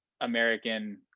american